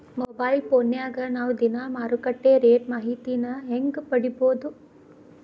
Mobile ಫೋನ್ಯಾಗ ನಾವ್ ದಿನಾ ಮಾರುಕಟ್ಟೆ ರೇಟ್ ಮಾಹಿತಿನ ಹೆಂಗ್ ಪಡಿಬೋದು?